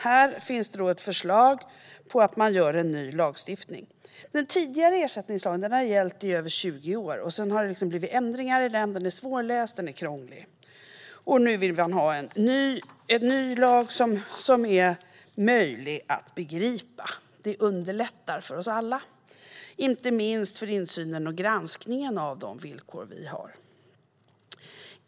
Här finns det ett förslag att man gör en ny lagstiftning. Den tidigare ersättningslagen har gällt i över 20 år. Det har gjorts ändringar i den. Den är svårläst och krånglig. Nu vill vi ha en ny lag som är möjlig att begripa. Det underlättar för oss alla, inte minst när det gäller insynen i och granskningen av de villkor vi har.